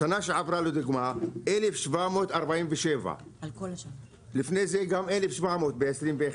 שעברה לדוגמה היו 1,747, לפני זה ב-21'